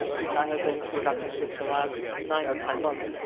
which i have been conducting here for the last nine or ten months.